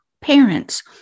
parents